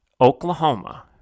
Oklahoma